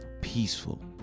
peaceful